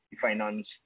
finance